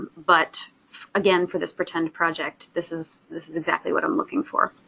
but again for this pretend project, this is this is exactly what i'm looking for.